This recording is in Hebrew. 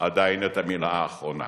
עדיין את המלה האחרונה.